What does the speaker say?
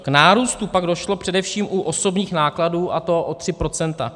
K nárůstu pak došlo především u osobních nákladů, a to o 3 procenta.